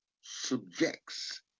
subjects